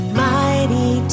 mighty